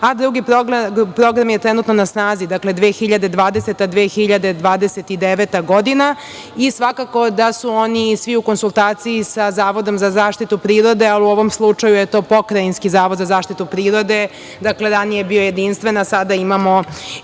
a drugi program je trenutno na snazi, 2020. do 2029. godina i svakako da su oni svi u konsultaciji sa Zavodom za zaštitu prirode, ali u ovom slučaju je to Pokrajinski zavod za zaštitu prirode. Ranije je bio jedinstven, a sada imamo